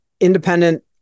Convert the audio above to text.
independent